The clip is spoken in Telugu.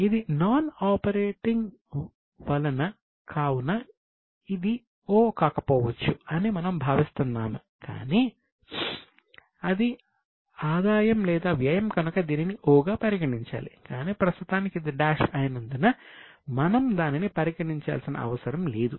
అదర్ నాన్ ఆపరేటింగ్ ఇన్కమ్ అయినందున మనం దానిని పరిగణించాల్సిన అవసరం లేదు